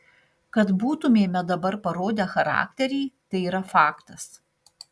kad būtumėme dabar parodę charakterį tai yra faktas